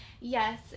Yes